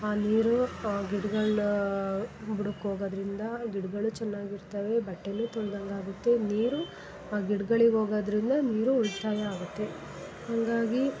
ಆ ನೀರು ಗಿಡ್ಗಳ್ನ ಬುಡಕ್ಕೆ ಹೋಗೋದ್ರಿಂದ ಗಿಡ್ಗಳು ಚೆನ್ನಾಗಿ ಇರ್ತವೆ ಬಟ್ಟೆನು ತೊಳ್ದಂಗೆ ಆಗುತ್ತೆ ನೀರು ಆ ಗಿಡ್ಗಳಿಗೆ ಹೋಗೋದ್ರಿಂದ ನೀರು ಉಳಿತಾಯ ಆಗುತ್ತೆ ಹಾಗಾಗಿ